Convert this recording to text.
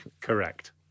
Correct